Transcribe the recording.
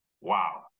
wow